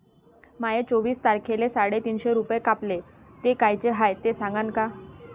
माये चोवीस तारखेले साडेतीनशे रूपे कापले, ते कायचे हाय ते सांगान का?